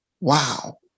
wow